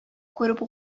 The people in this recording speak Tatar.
күреп